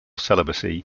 celibacy